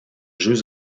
jeux